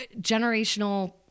generational